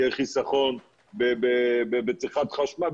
יהיה חיסכון בצריכת חשמל,